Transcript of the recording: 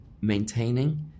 maintaining